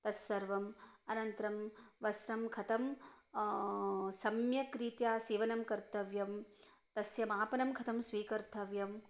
तस्सर्वम् अनन्तरं वस्त्रं कथं सम्यक् रीत्या सीवनं कर्तव्यं तस्य मापनं कथं स्वीकर्थव्यम्